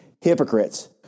hypocrites